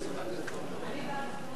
הנעדרים.